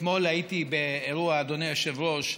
אתמול הייתי באירוע, אדוני היושב-ראש,